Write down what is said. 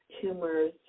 tumors